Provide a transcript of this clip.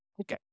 Okay